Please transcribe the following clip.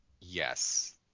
Yes